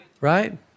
Right